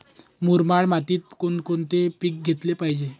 मुरमाड मातीत कोणकोणते पीक घेतले पाहिजे?